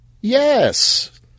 Yes